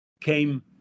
came